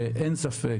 אין ספק